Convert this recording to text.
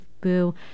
Boo